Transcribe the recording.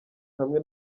hamwe